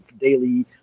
daily